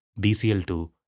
BCL2